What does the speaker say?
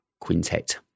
Quintet